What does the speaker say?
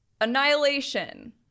Annihilation